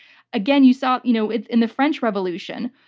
again, you saw you know it in the french revolution.